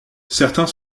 certains